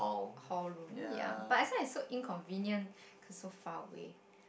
hall room ya but I feel its so inconvenient cause it's so far away